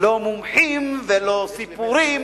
לא מומחים ולא סיפורים.